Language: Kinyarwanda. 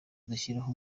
dushyizeho